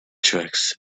tricks